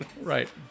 Right